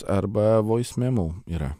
arba vois memau yra